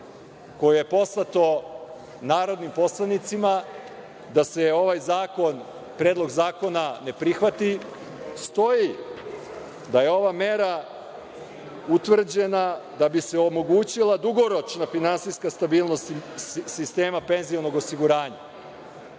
koje je poslato narodnim poslanicima da se ovaj predlog zakona ne prihvati, stoji da je ova mera utvrđena da bi se omogućila dugoročna finansijska stabilnost sistema penzionog osiguranja.